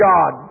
God